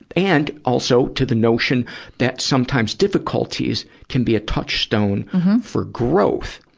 and, also, to the notion that sometimes difficulties can be a touchstone for growth?